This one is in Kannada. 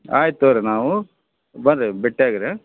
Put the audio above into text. ಆಯ್ತು ತೊಗೋಳಿ ನಾವು ಬರ್ರಿ ಬೆಟ್ಟಿಯಾಗಿರಿ ಹಾಂ